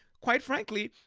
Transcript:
quite frankly,